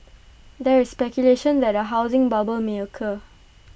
there is speculation that A housing bubble may occur